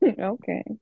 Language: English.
Okay